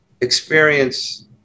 experience